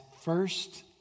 first